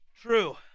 True